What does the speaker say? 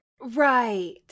Right